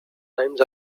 rhymes